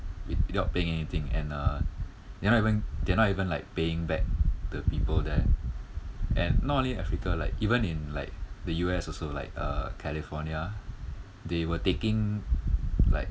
without paying anything and uh they're not even they're not even like paying back the people there and not only africa like even in like the U_S also like uh california they were taking like